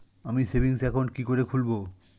আমি savings account কি করে খুলব?